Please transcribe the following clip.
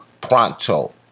pronto